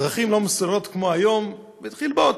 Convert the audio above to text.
הדרכים לא סלולות כמו היום, התחיל בוץ,